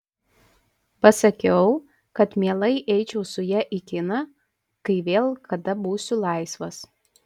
pasakiau kad mielai eičiau su ja į kiną kai vėl kada būsiu laisvas